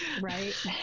Right